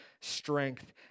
strength